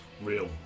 real